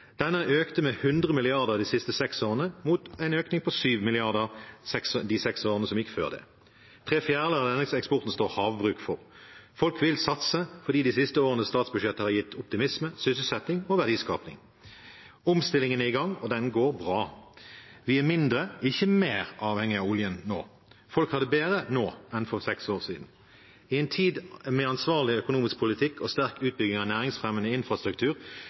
denne sektoren for halvparten av veksten i det som i dette tilfellet noe misvisende kalles fastlandseksporten. Den økte med 100 mrd. kr de siste seks årene mot en økning på 7 mrd. kr de seks årene før det. Tre fjerdedeler av denne eksporten står havbruk for. Folk vil satse fordi de siste årenes statsbudsjett har gitt optimisme, sysselsetting og verdiskaping. Omstillingen er i gang, og den går bra. Vi er mindre, ikke mer avhengig av oljen nå. Folk har det bedre nå enn for seks år siden. I en tid med ansvarlig økonomisk politikk og